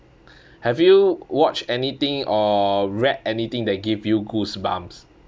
have you watched anything or read anything that give you goosebumps